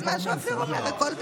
אז מה שאופיר אומר, הכול בסדר.